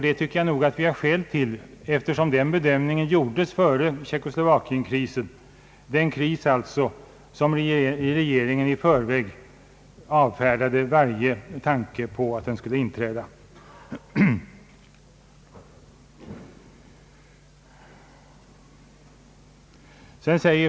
Det tycker jag nog att vi har goda skäl till, eftersom den bedömningen gjordes före tjeckoslovakienkrisen — den kris om vilken regeringen i förväg avfärdade varje tanke på att den skulle kunna inträda.